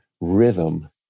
rhythm